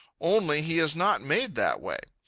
only he is not made that way.